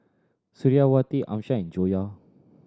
Suriawati Amsyar and Joyah